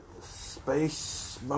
Space